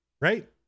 right